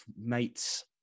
mates